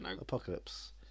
Apocalypse